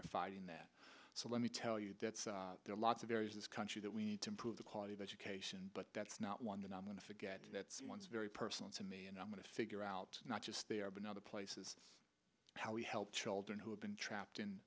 they're finding that so let me tell you that there are lots of areas this country that we need to improve the quality of education but that's not one that i'm going to get that one is very personal to me i'm going to figure out not just their been other places how we help children who have been trapped in